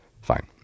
Fine